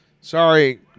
Sorry